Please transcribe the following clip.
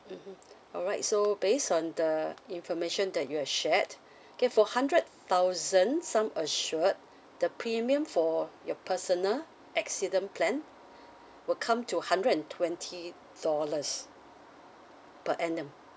mmhmm alright so based on the information that you had shared okay for hundred thousand sum assured the premium for your personal accident plan will come to hundred and twenty dollars per annum